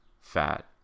fat